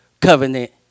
covenant